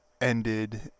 ended